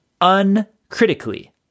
uncritically